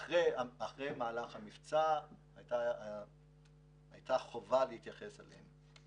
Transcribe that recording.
אחרי המבצע הייתה חובה להתייחס אליהם.